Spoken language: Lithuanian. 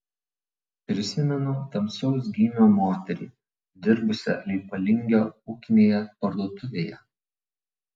prisimenu tamsaus gymio moterį dirbusią leipalingio ūkinėje parduotuvėje